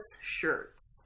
shirts